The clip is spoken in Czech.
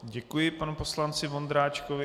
Děkuji panu poslanci Vondráčkovi.